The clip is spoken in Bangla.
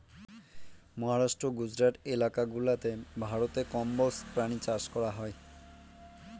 মহারাষ্ট্র, গুজরাট এলাকা গুলাতে ভারতে কম্বোজ প্রাণী চাষ করা হয়